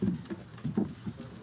הישיבה ננעלה בשעה 12:11.